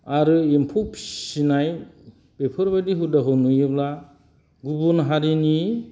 आरो एम्फौ फिसिनाय बेफोरबायदि हुदाखौ नुयोब्ला गुबुन हारिनि